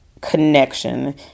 connection